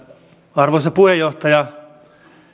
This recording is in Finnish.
arvoisa puheenjohtaja